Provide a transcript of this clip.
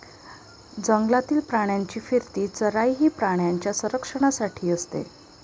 जंगलातील प्राण्यांची फिरती चराई ही प्राण्यांच्या संरक्षणासाठी असते